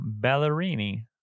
ballerini